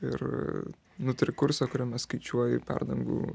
ir nu turi kursą kuriame skaičiuoji perdangų